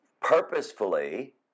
purposefully